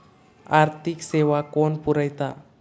आर्थिक सेवा कोण पुरयता?